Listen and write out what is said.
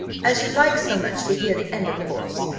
as you like so much to hear the end of quarrels,